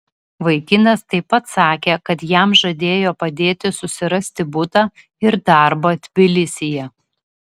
vaikinas taip pat sakė kad jam žadėjo padėti susirasti butą ir darbą tbilisyje